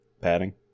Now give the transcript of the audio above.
padding